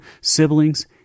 siblings